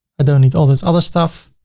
don't need all this other stuff.